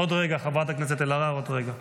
עוד רגע, חברת הכנסת אלהרר, עוד רגע.